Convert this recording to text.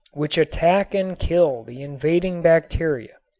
which attack and kill the invading bacteria.